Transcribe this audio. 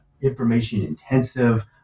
information-intensive